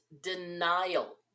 denial